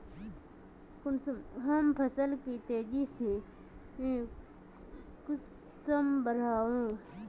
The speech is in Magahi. हम फसल के तेज से कुंसम बढ़बे?